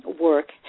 work